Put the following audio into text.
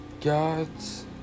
God's